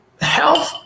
health